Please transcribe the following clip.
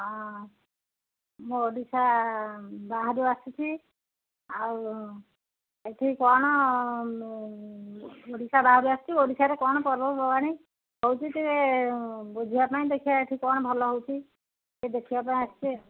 ହଁ ମୁଁ ଓଡ଼ିଶା ବାହାରୁ ଆସିଛି ଆଉ ଏଇଠି କ'ଣ ଓଡ଼ିଶା ବାହାରୁ ଆସିଛି ଓଡ଼ିଶାରେ କ'ଣ ପର୍ବପର୍ବାଣି ହେଉଛି ଟିକେ ବୁଝିବା ପାଇଁ ଦେଖିବା ଏଇଠି କ'ଣ ଭଲ ହେଉଛି ଟିକେ ଦେଖିବା ପାଇଁ ଆସିଛି